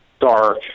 dark